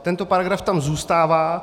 Tento paragraf tam zůstává.